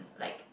like